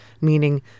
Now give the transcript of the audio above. meaning